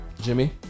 Jimmy